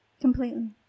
Completely